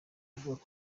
avuga